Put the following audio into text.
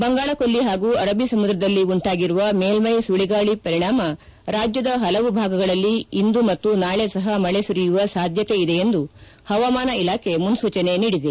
ಬಂಗಾಳಕೊಲ್ಲಿ ಹಾಗೂ ಅರಬ್ಬ ಸಮುದ್ರದಲ್ಲಿ ಉಂಟಾಗಿರುವ ಮೇಲ್ವೈ ಸುಳಗಾಳ ಪರಿಣಾಮ ರಾಜ್ಯದ ಹಲವು ಭಾಗಗಳಲ್ಲಿ ಇಂದು ಮತ್ತು ನಾಳೆ ಸಹ ಮಳೆ ಸುರಿಯುವ ಸಾಧ್ಯತೆಯಿದೆ ಎಂದು ಹವಾಮಾನ ಇಲಾಖೆ ಮುನ್ನೂಚನೆ ನೀಡಿದೆ